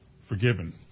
forgiven